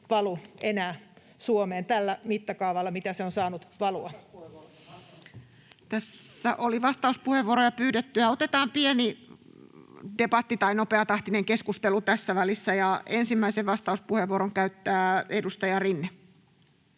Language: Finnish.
ja 22 §:n muuttamisesta Time: 16:28 Content: Tässä oli vastauspuheenvuoroja pyydetty, ja otetaan pieni debatti tai nopeatahtinen keskustelu tässä välissä. — Ensimmäisen vastauspuheenvuoron käyttää edustaja Rinne.